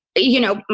you know,